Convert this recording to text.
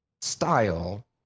style